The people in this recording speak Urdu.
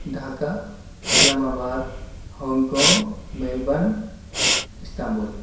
Dhaka Islamabad Hong Kong Melbourne Istanbul